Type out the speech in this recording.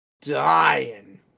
dying